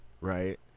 right